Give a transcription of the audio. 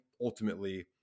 ultimately